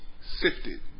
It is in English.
sifted